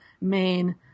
main